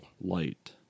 light